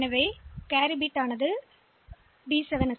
எனவே தொடக்க பிட் வைப்பதற்கு